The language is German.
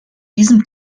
diesem